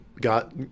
got